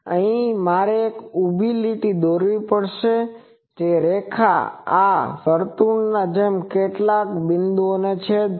અહીંથી મારે એક ઊભી લીટી દોરવી પડશે જે રેખા આ વર્તુળની જેમ કેટલાક બિંદુઓને છેદેશે